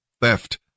theft